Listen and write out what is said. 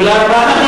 תודה רבה.